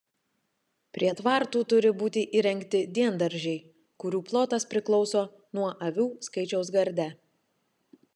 prie tvartų turi būti įrengti diendaržiai kurių plotas priklauso nuo avių skaičiaus garde